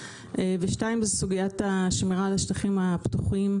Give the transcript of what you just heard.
והשנייה היא סוגיית השמירה על השטחים הפתוחים.